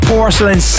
Porcelain